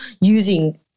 using